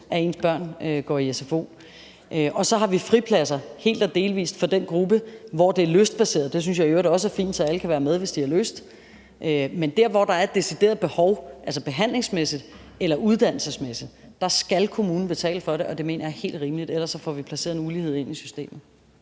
at ens børn går i sfo. Så har vi fripladser, helt eller delvis, for den gruppe, for hvem det er lystbaseret. Det synes jeg i øvrigt også er fint, så alle kan være med, hvis de har lyst. Men dér, hvor der er et decideret behov behandlingsmæssigt eller uddannelsesmæssigt, skal kommunen betale for det, og det mener jeg er helt rimeligt, for ellers får vi lagt en ulighed i systemet.